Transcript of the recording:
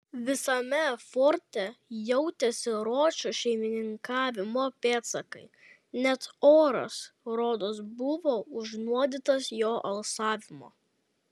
visame forte jautėsi ročo šeimininkavimo pėdsakai net oras rodos buvo užnuodytas jo alsavimo